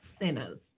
sinners